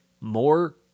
more